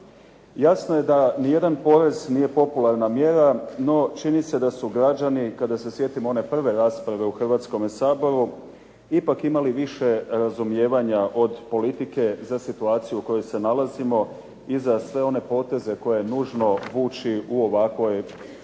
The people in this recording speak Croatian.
Jasno je da nijedan porez nije popularna mjere, no čini mi se da su građani, kada se sjetimo one prve rasprave u Hrvatskome saboru, ipak imali više razumijevanja od politike za situaciju u kojoj se nalazimo i za sve one poteze koje nužno vući u ovakvoj situaciji